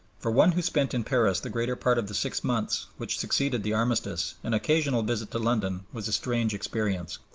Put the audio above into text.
for one who spent in paris the greater part of the six months which succeeded the armistice an occasional visit to london was a strange experience.